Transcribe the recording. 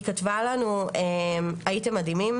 היא כתבה לנו "הייתם מדהימים,